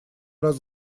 раз